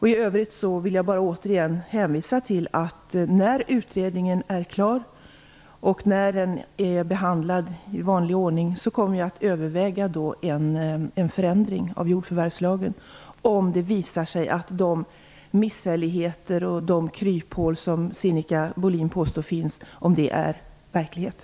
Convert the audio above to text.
I övrigt vill jag bara återigen hänvisa till att när utredningen är klar och behandlad i vanlig ordning kommer jag att överväga en förändring av jordförvärvslagen, om det visar sig att de misshälligheter och kryphål som Sinnika Bohlin påstod skulle finnas existerar i verkligheten.